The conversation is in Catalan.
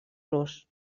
los